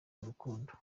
urukundo